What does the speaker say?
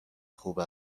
خوب